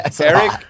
Eric